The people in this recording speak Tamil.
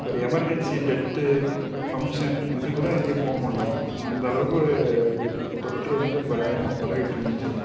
ஒரு எமர்ஜென்சி டெத் ஃபங்க்ஷன் இதுக்கு கூட எங்கேயும் போகமுடில்ல அந்தளவுக்கு தொற்று வந்து பயங்கரமாக பரவிகிட்டு இருந்துச்சு